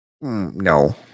No